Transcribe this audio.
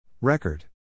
Record